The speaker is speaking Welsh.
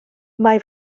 mae